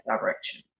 direction